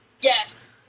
Yes